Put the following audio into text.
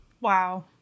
wow